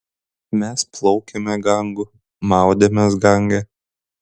mes plaukėme gangu maudėmės gange